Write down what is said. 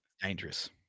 Dangerous